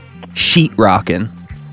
Sheetrocking